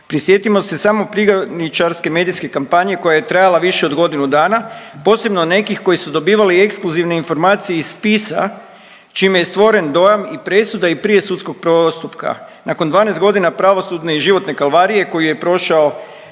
Prisjetimo se samo prigodničarske medijske kampanje koja je trajala više od godinu dana posebno nekih koji su dobivali ekskluzivne informacije iz spisa čime je stvoren dojam i presuda i prije sudskog postupka. Nakon 12 godina pravosudne i životne kalvarije koju je prošao